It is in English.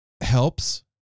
helps